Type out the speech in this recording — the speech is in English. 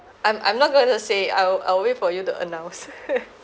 I'm I'm not going to say I'll I'll wait for you to announce